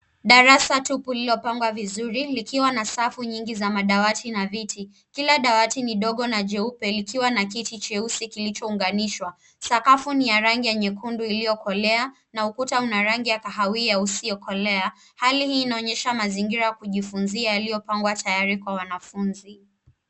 Darasa tupu lililopangwa viuri likiwa na safu nyingi za madawati na viti. Kila dawati ni dogo na jeupe likiwa na kiti cheusi kilichounganishwa. Sakafu ni ya rangi nyekundu iliyokolea na ukuta una rangi ya kahawia usio kolea. Hali hii inaonyesha mazingira ya kujifunzia yaliyopangwa tayari kwa wanafunzi.